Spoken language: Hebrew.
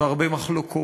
והרבה מחלוקות,